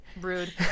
Rude